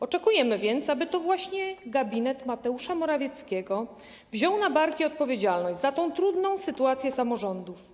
Oczekujemy więc, aby to właśnie gabinet Mateusza Morawieckiego wziął na barki odpowiedzialność za tę trudną sytuację samorządów.